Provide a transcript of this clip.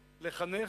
לחנך,